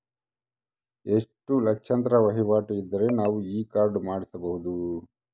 ಎಷ್ಟು ಲಕ್ಷಾಂತರ ವಹಿವಾಟು ಇದ್ದರೆ ನಾವು ಈ ಕಾರ್ಡ್ ಮಾಡಿಸಬಹುದು?